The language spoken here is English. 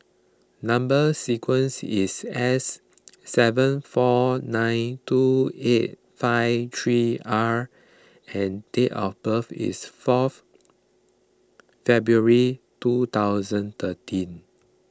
Number Sequence is S seven four nine two eight five three R and date of birth is fourth February two thousand thirteen